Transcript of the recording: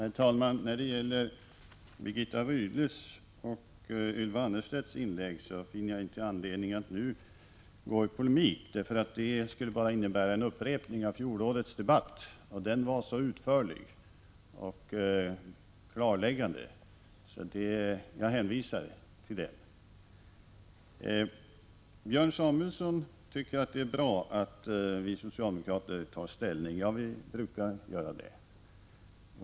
Herr talman! Jag finner inte anledning att nu gå in i polemik mot Birgitta Rydle och Ylva Annerstedt. Det skulle bara innebära en upprepning av fjolårets debatt, vilken var mycket utförlig och klarläggande. Jag hänvisar därför till den debatten. Björn Samuelson tycker att det är bra att vi socialdemokrater tar ställning. Vi brukar göra det.